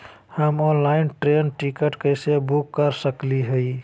हम online train ticket कैसे book कर सकली हई?